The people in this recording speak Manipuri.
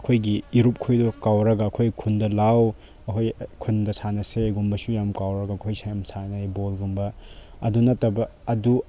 ꯑꯩꯈꯣꯏꯒꯤ ꯃꯔꯨꯞꯈꯣꯏꯗꯣ ꯀꯧꯔꯒ ꯑꯩꯈꯣꯏ ꯈꯨꯟꯗ ꯂꯥꯛꯑꯣ ꯑꯩꯈꯣꯏ ꯈꯨꯟꯗ ꯁꯥꯟꯅꯁꯦꯒꯨꯝꯕꯁꯨ ꯌꯥꯝ ꯀꯧꯔꯒ ꯑꯩꯈꯣꯏꯁꯦ ꯌꯥꯝ ꯁꯥꯟꯅꯩ ꯕꯣꯜꯒꯨꯝꯕ ꯑꯗꯨ ꯅꯠꯇꯕ ꯑꯗꯨ